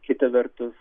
kita vertus